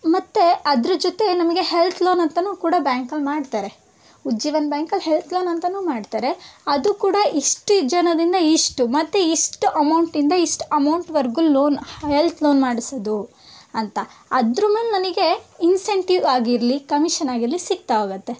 ಮತ್ತು ಅದ್ರ ಜೊತೆ ನಮಗೆ ಹೆಲ್ತ್ ಲೋನ್ ಅಂತಲೂ ಕೂಡ ಬ್ಯಾಂಕಲ್ಲಿ ಮಾಡ್ತಾರೆ ಉಜ್ಜೀವನ್ ಬ್ಯಾಂಕಲ್ಲಿ ಹೆಲ್ತ್ ಲೋನ್ ಅಂತಲೂ ಮಾಡ್ತಾರೆ ಅದು ಕೂಡ ಇಷ್ಟು ಜನದಿಂದ ಇಷ್ಟು ಮತ್ತು ಇಷ್ಟು ಅಮೌಂಟಿಂದ ಇಷ್ಟು ಅಮೌಂಟ್ವರೆಗೂ ಲೋನ್ ಹೆಲ್ತ್ ಲೋನ್ ಮಾಡಿಸೋದು ಅಂತ ಅದ್ರ್ಮೇಲೆ ನನಗೆ ಇನ್ಸೆನ್ಟಿವ್ ಆಗಿರಲಿ ಕಮಿಷನ್ ಆಗಿರಲಿ ಸಿಕ್ತಾ ಹೋಗತ್ತೆ